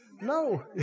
No